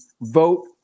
vote